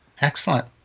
Excellent